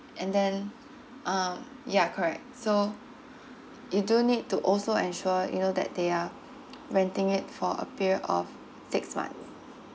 and then um ya correct so you do need to also ensure you know that they are renting it for a period of six months